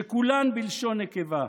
שכולן בלשון נקבה.